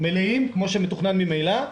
כמו שממילא מתוכנן,